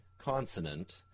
consonant